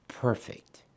perfect